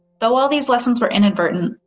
though all these lessons were inadvertent,